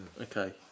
Okay